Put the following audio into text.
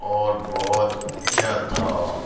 اور بہت اونچا تھا